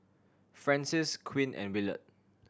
Francis Quinn and Willard